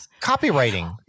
Copywriting